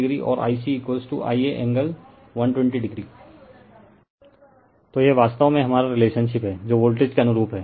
refer slide time 1335 तो यह वास्तव में हमारा रिलेशनशिप है जो वोल्टेज के अनुरूप है